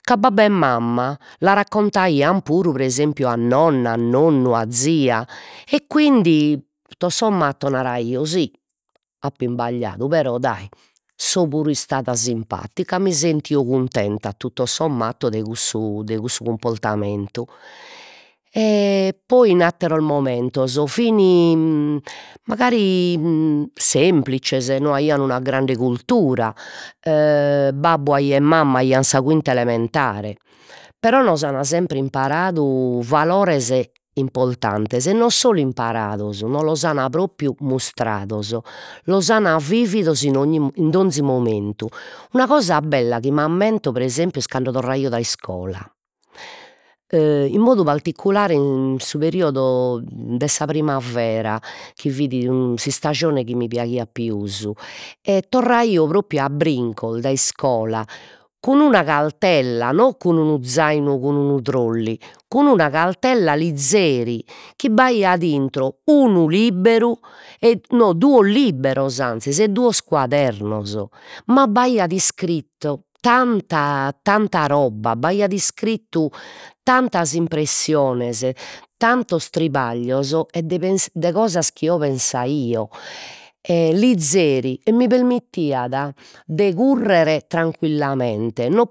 Ca babb'e mamma la raccontaian puru pre esempiu a nonna, a nonnu, a zia, e quindi tutto sommato naraio si, ap'isbagliadu però dai so pur'istada simpatica, mi sentio cuntenta tutto sommato de cussu de cussu cumportamentu poi in atteros momentos fin mancari semplizes, no aian una grande coltura babbu ai e mamma aian sa quinta elementare, però nos an sempre imparadu valores importantes e non solu imparados, nos los an propriu mustrados, los an vividos in in donzi momentu. Una cosa bella chi m'ammento pre esempiu est cando torraio dai iscola in modu particulare in su periodu de sa primmavera chi fit s'istajone chi mi piaghiat pius e torraio propriu a brincos dai iscola, cun d'una caltella non cun d'unu zainu, cun d'unu trolley, cund'una caltella lizeri chi b'aiat intro unu libberu e no duos libberos anzis e duos cuadernos, ma b'aiat iscrittu tanta tanta robba, b'aiat iscrittu tantas impressiones, tantos tribaglios e de e de cosas chi eo pensaio e lizeri e mi permittiat de currer tranquillamente no